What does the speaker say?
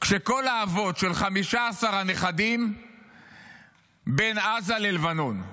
כשכל האבות של 15 הנכדים בין עזה ללבנון.